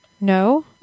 No